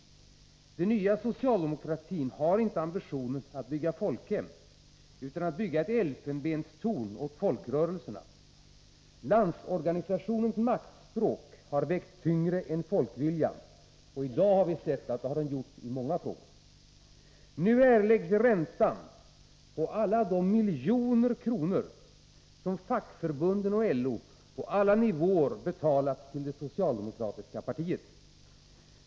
Den nya socialdemokratin har inte ambitionen att bygga ett folkhem utan att bygga ett elfenbenstorn åt folkrörelserna. Landsorganisationens maktspråk har vägt tyngre än folkviljan, kan vi se i dag, och det har den gjort i många frågor. Nu erläggs räntan på alla de miljontals kronor som fackförbunden och LO på alla nivåer betalat till det socialdemokratiska partiet.